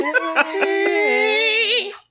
Hey